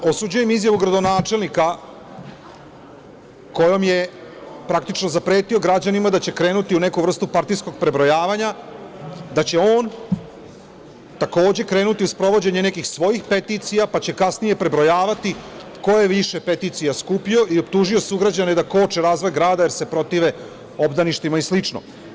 Ujedno, osuđujem izjavu gradonačelnika kojom je praktično zapretio građanima da će krenuti u neku vrstu partijskog prebrojavanja, da će on, takođe, krenuti u sprovođenje nekih svojih peticija, pa će kasnije prebrojavati ko je više peticija skupio i optužio sugrađane da koče razvoj grada jer se protive obdaništima i slično.